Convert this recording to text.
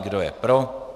Kdo je pro?